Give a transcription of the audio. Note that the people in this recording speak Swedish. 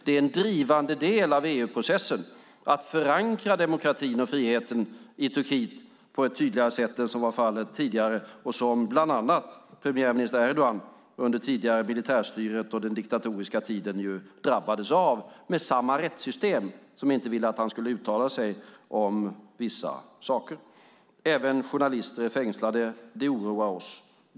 Det är en drivande del av EU-processen att förankra demokratin och friheten i Turkiet på ett tydligare sätt än vad som var fallet tidigare och som bland annat premiärminister Erdogan under det tidigare militärstyret och den diktatoriska tiden ju drabbades av under samma rättssystem som inte ville att han skulle uttala sig om vissa saker. Även journalister är fängslade. Det oroar oss.